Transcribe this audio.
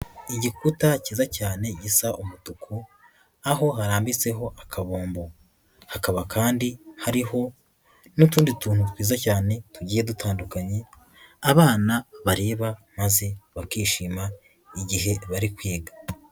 Igikuta cyiza cyane gisa umutuku, aho harambitseho akabombo. Hakaba kandi hariho n'utundi tuntu twiza cyane tugiye dutandukanye, abana bareba maze bakishima igihe bari kwiga.